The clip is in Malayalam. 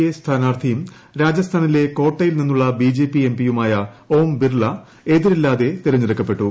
എ സ്ഥാനാർത്ഥിയും രാജസ്ഥാനിലെ കോട്ടയിൽ നിന്നുള്ള ബി ജെ പി എം പിയുമായ ഓം ബിർള എതിരില്ലാതെ തെരഞ്ഞെടുക്കപ്പെട്ടു